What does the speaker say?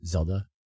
Zelda